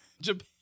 Japan